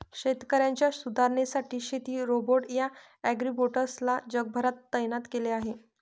शेतकऱ्यांच्या सुधारणेसाठी शेती रोबोट या ॲग्रीबोट्स ला जगभरात तैनात केल आहे